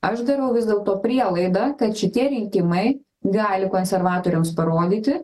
aš darau vis dėlto prielaidą kad šitie rinkimai gali konservatoriams parodyti